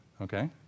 Okay